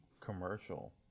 commercial